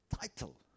title